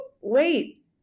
wait